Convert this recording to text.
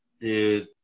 Dude